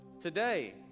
today